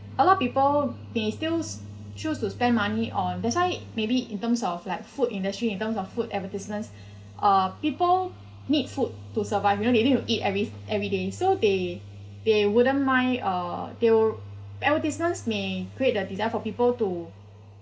a lot of people they still s~ choose to spend money on that's why maybe in terms of like food industry in terms of food advertisements uh people need food to survive you know they need to eat every every day so they they wouldn't mind uh advertisements may create a desire for people to